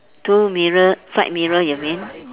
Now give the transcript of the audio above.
two mirror side mirror you mean